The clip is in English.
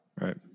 Right